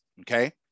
okay